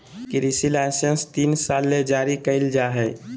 कृषि लाइसेंस तीन साल ले जारी कइल जा हइ